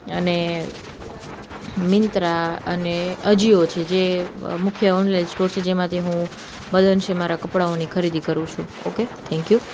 અને મીંત્રા અને અજીઓ છે જે મુખ્ય ઓનલાઇન સ્ટોર છે જેમાંથી હું મહદઅંશે મારા કપડાઓની ખરીદી કરું છું ઓકે થેન્ક યુ